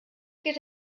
geht